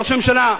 ראש הממשלה,